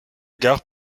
gare